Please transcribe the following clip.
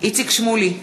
איציק שמולי,